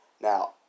Now